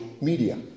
media